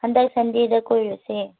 ꯍꯟꯗꯛ ꯁꯟꯗꯦꯗ ꯀꯣꯏꯔꯨꯁꯦ